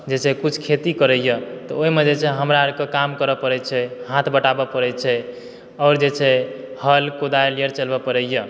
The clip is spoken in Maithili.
जे छै कुछ खेती करै यऽ तऽ ओहिमे जे छै हमरा आरके काम करय परै छै हाथ बँटाबै परै छै आओर जे छै हल कोदारि आर चलबय परै यऽ